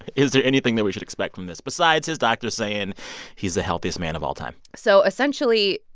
is there anything that we should expect from this besides his doctor saying he's the healthiest man of all time? so essentially,